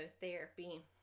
therapy